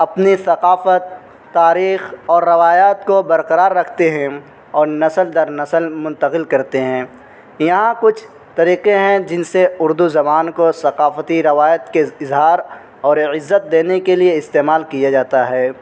اپنے ثقافت تاریخ اور روایات کو برقرار رکھتے ہیں اور نسل در نسل منتقل کرتے ہیں یہاں کچھ طریقے ہیں جن سے اردو زبان کو ثقافتی روایت کے اظہار اور عزت دینے کے لیے استعمال کیا جاتا ہے